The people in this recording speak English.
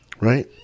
Right